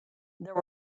there